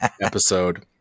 episode